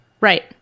Right